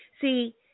See